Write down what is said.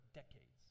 decades